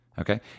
okay